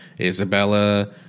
Isabella